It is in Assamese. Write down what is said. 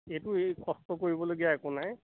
এইটোত কষ্ট কৰিবলগীয়া একো নাই